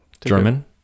German